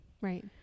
right